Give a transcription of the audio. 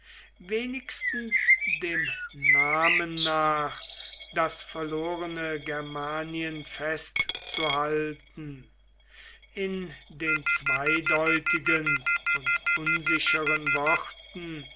wenigstens dem namen nach das verlorene germanien festzuhalten in den zweideutigen und unsicheren worten